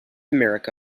america